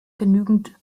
genügend